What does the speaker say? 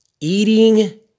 eating